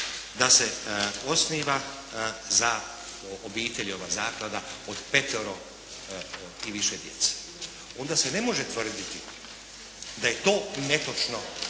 da se osniva za obitelji ova zaklada od petero i više djece, onda se ne može tvrditi da je to netočno